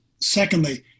Secondly